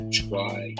try